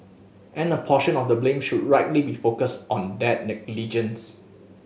and a portion of the blame should rightly be focused on that negligence